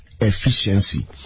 efficiency